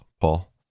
Paul